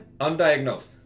undiagnosed